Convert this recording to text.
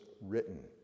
written